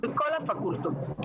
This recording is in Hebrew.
בכל הפקולטות.